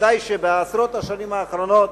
בוודאי שבעשרות השנים האחרונות